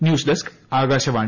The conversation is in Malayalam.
ന്യൂസ്ഡെസ്ക് ആകാശവാണി